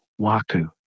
waku